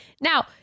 now